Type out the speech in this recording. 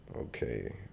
Okay